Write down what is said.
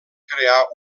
crear